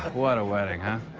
what a wedding, huh?